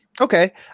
Okay